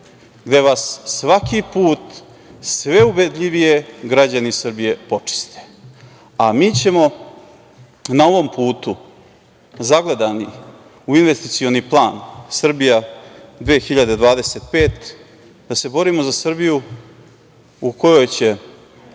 gde vas svaki put, sve ubedljivije, građani Srbije počiste. A mi ćemo na ovom putu, zagledani u investicioni plan „Srbija 2025“, da se borimo za Srbiju u kojoj će